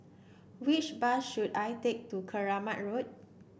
which bus should I take to Keramat Road